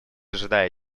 ожидая